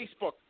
Facebook